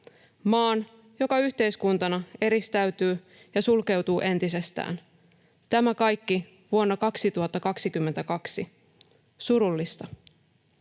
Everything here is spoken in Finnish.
maan, joka yhteiskuntana eristäytyy ja sulkeutuu entisestään. Tämä kaikki vuonna 2022. Surullista.